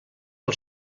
del